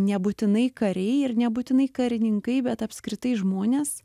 nebūtinai kariai ir nebūtinai karininkai bet apskritai žmonės